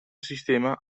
sistema